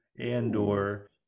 Andor